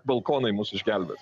balkonai mus išgelbės